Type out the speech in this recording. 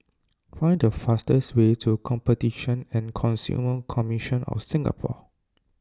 find the fastest way to Competition and Consumer Commission of Singapore